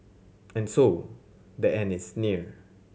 and so the end is near